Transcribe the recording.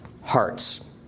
hearts